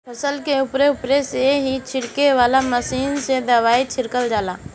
फसल के उपरे उपरे से ही छिड़के वाला मशीन से दवाई छिड़का जाला